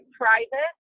private